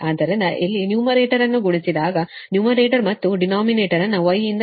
ಆದ್ದರಿಂದ ಇಲ್ಲಿ ನ್ಯೂಮರೇಟರ್ ಅನ್ನು ಗುಣಿಸಿದಾಗ ನ್ಯೂಮರೇಟರ್ ಮತ್ತು ಡಿನೋಮಿನೇಟರ್ ಅನ್ನು Y ಯಿಂದ ಗುಣಿಸಿ